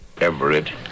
Everett